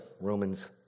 Romans